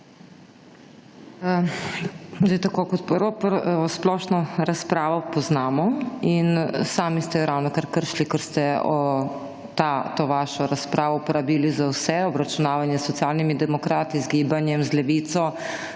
tako, kot prvo splošno razpravo poznamo in sami ste jo ravnokar kršili, ker ste to vašo razpravo porabili za vse, obračunavanje s Socialnimi demokrati, z Gibanjem, z Levico,